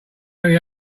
only